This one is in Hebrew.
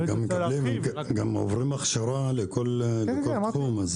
הם גם עוברים הכשרה בכל תחום.